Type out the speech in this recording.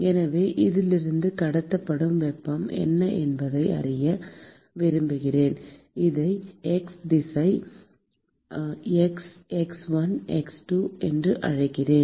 எனவே இதிலிருந்து கடத்தப்படும் வெப்பம் என்ன என்பதை அறிய விரும்புகிறேன் இதை x திசை x x1 x2 என்று அழைக்கிறேன்